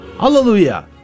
Hallelujah